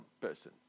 person